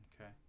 Okay